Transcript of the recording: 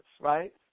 right